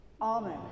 Amen